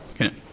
Okay